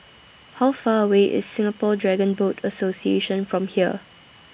How Far away IS Singapore Dragon Boat Association from here